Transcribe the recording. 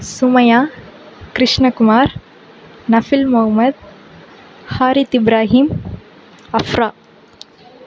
Sumaiya Krishnakumar Nafil Mohammed Harith Ibrahim Afra